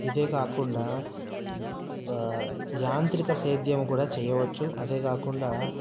ఇదే కాకుండా యాంత్రిక సేద్యం కూడా చేయవచ్చు అదే కాకుండా